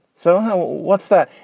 so how what's that?